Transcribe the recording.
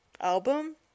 album